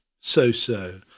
so-so